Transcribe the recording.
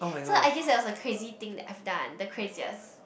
so I guess that was the crazy thing that I've done the craziest